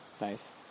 nice